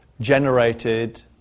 generated